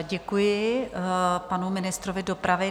Děkuji panu ministrovi dopravy.